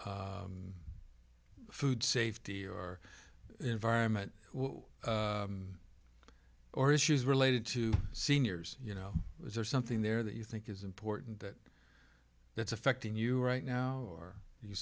or food safety or environment or issues related to seniors you know was there something there that you think is important that that's affecting you right now or you